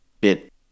bit